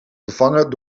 vervangen